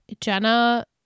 Jenna